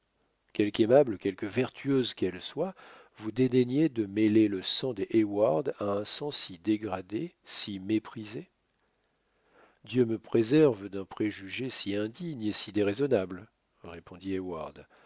quelque aimable quelque vertueuse qu'elle soit vous dédaignez de mêler le sang des heyward à un sang si dégradé si méprisé dieu me préserve d'un préjugé si indigne et si déraisonnable répondit